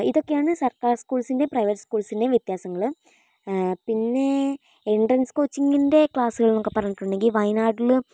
ഇതൊക്കെയാണ് സർക്കാർ സ്കൂൾസിൻ്റെയും പ്രൈവറ്റ് സ്കൂൾസിൻ്റെയും വ്യത്യാസങ്ങൾ പിന്നെ എൻട്രൻസ് കോച്ചിങ്ങിൻ്റെ ക്ലാസുകൾ എന്നൊക്കെ പറഞ്ഞിട്ടുണ്ടെങ്കിൽ വയനാട്ടിൽ